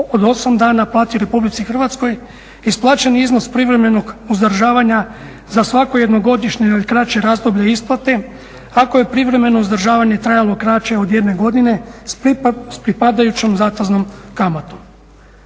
od 8 dana plati Republici Hrvatskoj isplaćeni iznos privremenog uzdržavanja za svako jednogodišnje ili kraće razdoblje isplate ako je privremeno uzdržavanje trajalo kraće od jedne godine sa pripadajućom zateznom kamatom.